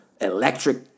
electric